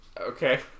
Okay